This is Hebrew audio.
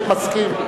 משפטים לסיום.